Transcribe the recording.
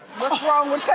what's wrong